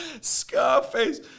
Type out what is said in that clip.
Scarface